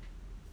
!hais!